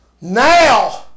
Now